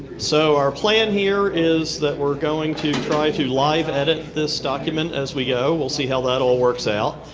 so our plan here is that we are going to try to live edit this document as we go. we'll see how that all works out,